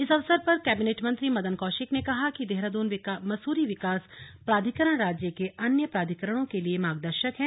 इस अवसर पर कैबिनेट मंत्री मदन कौशिक ने कहा कि देहरादून मसूरी विकास प्राधिकरण राज्य के अन्य प्राधिकरणों के लिये मार्गदर्शक है